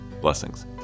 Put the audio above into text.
Blessings